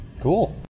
Cool